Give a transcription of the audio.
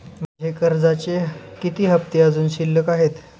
माझे कर्जाचे किती हफ्ते अजुन शिल्लक आहेत?